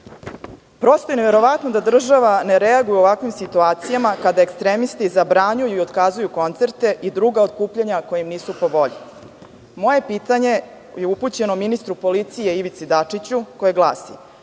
Prosto je neverovatno da država ne reaguje u ovakvim situacijama kad ekstremisti zabranjuju i otkazuju koncerte i druga okupljanja koja im nisu po volji. Moje pitanje je upućeno ministru policije Ivici Dačiću koje glasi,